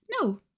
no